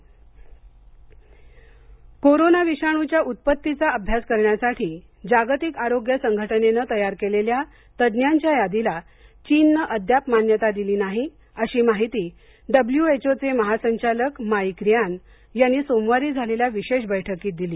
चीन कोरोना विषाणूच्या उत्पत्तीचा अभ्यास करण्यासाठी जागतिक आरोग्य संघटनेनं तयार केलेल्या तज्ञांच्या यादीला चीननं अद्याप मान्यता दिली नाही अशी माहिती डब्लूएचओचे महासंचालक माईक रिआन यांनी सोमवारी झालेल्या विशेष बैठकीत दिली